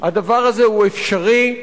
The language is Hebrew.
הדבר הזה הוא אפשרי,